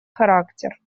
характер